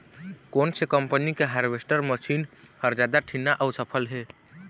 कोन से कम्पनी के हारवेस्टर मशीन हर जादा ठीन्ना अऊ सफल हे?